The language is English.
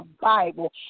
Bible